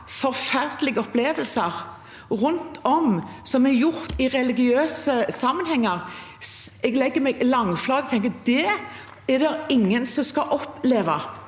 forferdelige opplevelser fra religiøse sammenhenger: Jeg legger meg langflat og tenker at det er det ingen som skal oppleve.